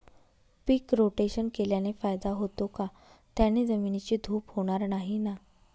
पीक rotation केल्याने फायदा होतो का? त्याने जमिनीची धूप होणार नाही ना?